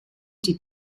die